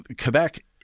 Quebec